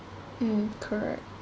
mm correct